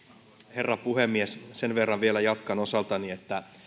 herra puhemies sen verran vielä jatkan osaltani että